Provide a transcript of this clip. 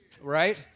Right